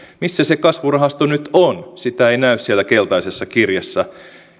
missä se kasvurahasto nyt on sitä ei näy siellä keltaisessa kirjassa